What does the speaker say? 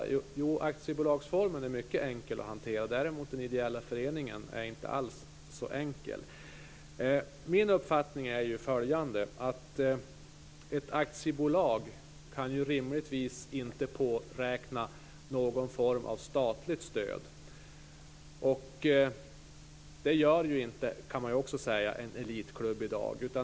Jo, aktiebolagsformen är mycket enkel att hantera. Den ideella föreningen är däremot inte alls så enkel. Min uppfattning är följande: Ett aktiebolag kan rimligtvis inte påräkna någon form av statligt stöd. Det gör ju inte heller, kan man säga, en elitklubb i dag.